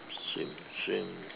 swim swim